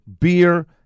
Beer